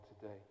today